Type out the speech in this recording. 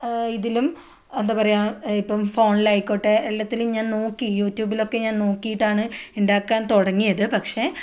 ഇതിലും എന്താ പറയാ ഇപ്പം ഫോണിലായിക്കോട്ടെ എല്ലാത്തിലും ഞാൻ നോക്കി യൂട്യൂബിലൊക്കെ ഞാൻ നോക്കിയിട്ടാണ് ഉണ്ടാക്കാൻ തുടങ്ങിയത് പക്ഷേ